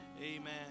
amen